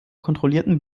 kontrollierten